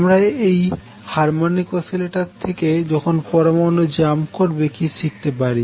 আমরা এই harmonic oscillator থেকে যখন পরমানু জাম্প করবে কি শিখতে পারি